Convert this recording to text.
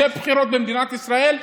יהיו בחירות במדינת ישראל,